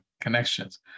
connections